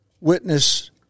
witness